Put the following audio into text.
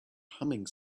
humming